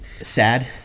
sad